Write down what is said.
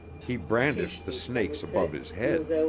he brandished the snakes above his head.